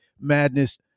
Madness